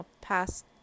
past